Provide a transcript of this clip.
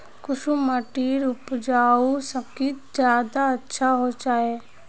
कुंसम माटिर उपजाऊ शक्ति ज्यादा अच्छा होचए?